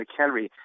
McHenry